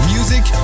Music